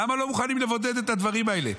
למה לא מוכנים לבודד את הדברים האלה?